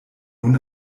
nun